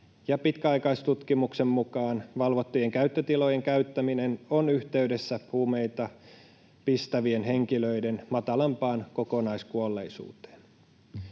pitkäaikaistutkimuksen mukaan valvottujen käyttötilojen käyttäminen on yhteydessä huumeita pistävien henkilöiden matalampaan kokonaiskuolleisuuteen.